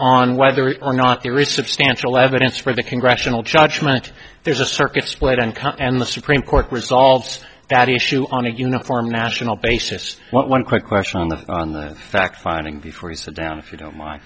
on whether or not there is substantial evidence for the congressional judgment there's a circus why don't count and the supreme court resolves that issue on a uniform national basis one quick question on the on the fact finding before you sit down if you don't mind